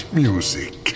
music